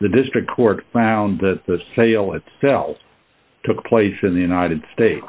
the district court found that the sale itself took place in the united states